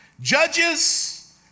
judges